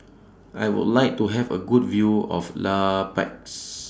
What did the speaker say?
I Would like to Have A Good View of La Paz